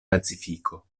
pacifiko